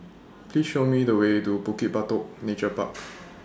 Please Show Me The Way to Bukit Batok Nature Park